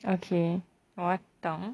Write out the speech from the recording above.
okay 我等